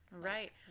Right